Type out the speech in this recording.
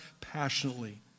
passionately